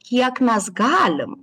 kiek mes galim